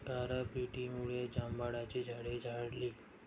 गारपिटीमुळे जांभळाची झाडे झडली